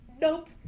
nope